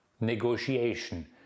negotiation